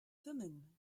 thummim